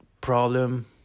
problem